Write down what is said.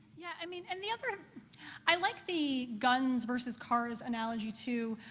yeah, i mean and the other i like the guns-versus-cars analogy, too,